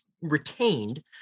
retained